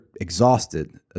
exhausted